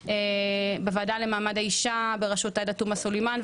בוועדת למעמד האישה בראשות עאידה תומא סלימאן.